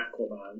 Aquaman